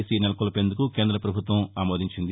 see నెలకొల్పేందుకు కేంద్ర ప్రభుత్వం ఆమోదించింది